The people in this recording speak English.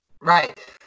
right